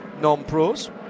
non-pros